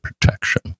protection